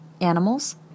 animals